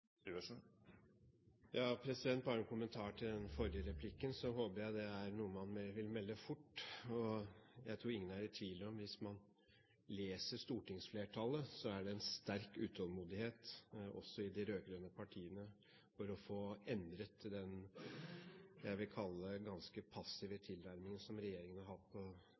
Bare en kommentar til den forrige replikken. Jeg håper det er noe man vil melde fort. Jeg tror ingen er i tvil om, hvis man leser stortingsflertallet, at det er en sterk utålmodighet også i de rød-grønne partiene for å få endret den jeg vil kalle ganske passive tilnærmingen som regjeringen har hatt på